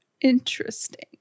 Interesting